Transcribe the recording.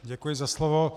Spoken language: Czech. Děkuji za slovo.